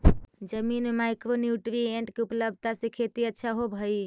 जमीन में micro nutrient के उपलब्धता से खेती अच्छा होब हई